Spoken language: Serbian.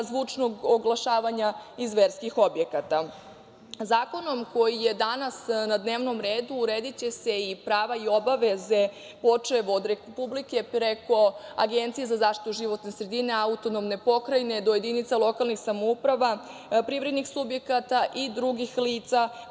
zvučnog oglašavanja iz verskih objekata. Zakonom koji je danas na dnevnom redu urediće se i prava i obaveze, počev od Republike, preko Agencije za zaštitu životne sredine, autonomne pokrajine od jedinice lokalnih samouprava, privrednih subjekata i drugih lica,